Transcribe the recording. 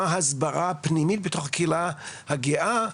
מה ההסברה הפנימית בתוך הקהילה הגאה.